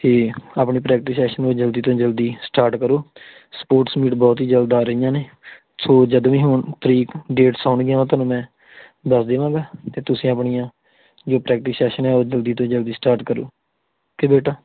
ਅਤੇ ਆਪਣੀ practice session ਨੂੰ ਜਲਦੀ ਤੋਂ ਜਲਦੀ ਸਟਾਰਟ ਕਰੋ ਸਪੋਰਟਸ ਮੀਟ ਬਹੁਤ ਹੀ ਜਲਦ ਆ ਰਹੀਆਂ ਨੇ ਸੋ ਜਦ ਵੀ ਹੁਣ ਤਰੀਕ ਡੇਟਸ ਆਉਣਗੀਆਂ ਤੁਹਾਨੂੰ ਮੈਂ ਦੱਸ ਦੇਵਾਂਗਾ ਅਤੇ ਤੁਸੀਂ ਆਪਣੀਆਂ ਜੋ ਪ੍ਰੈਕਟਿਸ ਸੈਸ਼ਨ ਹੈ ਉਹ ਜਲਦੀ ਤੋਂ ਜਲਦੀ ਸਟਾਰਟ ਕਰੋ ਓਕੇ ਬੇਟਾ